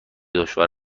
دشوار